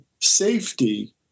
safety